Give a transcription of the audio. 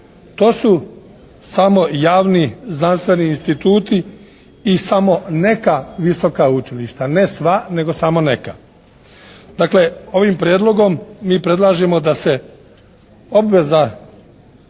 To su samo javni znanstveni instituti i samo neka visoka učilišta, ne sva, nego samo neka. Dakle, ovim Prijedlogom mi predlažemo da se obveza